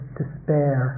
despair